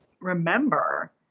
remember